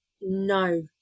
no